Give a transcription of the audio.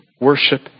Worship